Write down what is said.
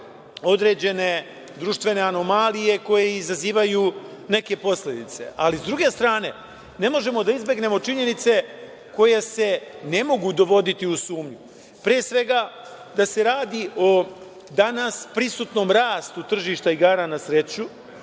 određene društvene anomalije koje izazivaju neke posledice, ali s druge strane ne možemo da izbegnemo činjenice koje se ne mogu dovoditi u sumnju. Pre svega da se radi o danas prisustvu rasta tržišta igara na sreću